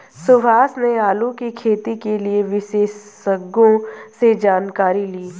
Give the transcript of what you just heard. सुभाष ने आलू की खेती के लिए विशेषज्ञों से जानकारी ली